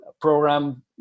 program